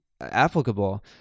applicable